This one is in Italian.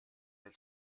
del